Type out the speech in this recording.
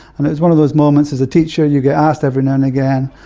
and it was one of those moments as a teacher, you get asked every now and again,